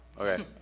Okay